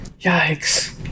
Yikes